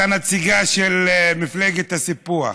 את הנציגה של מפלגת הסיפוח,